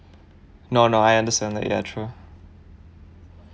no no I understand ya true